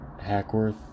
Hackworth